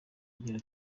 agira